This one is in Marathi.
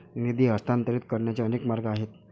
निधी हस्तांतरित करण्याचे अनेक मार्ग आहेत